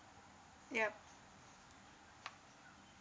yup